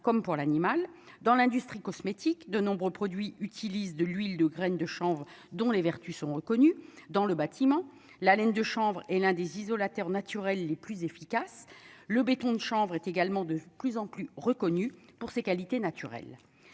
comme pour l'animal dans l'industrie cosmétique de nombreux produits utilisent de l'huile de graines de chanvre, dont les vertus sont connus dans le bâtiment, la laine de chanvre et l'un des isolateurs naturels les plus efficaces, le béton de chanvre est également de plus en plus reconnue pour ses qualités naturelles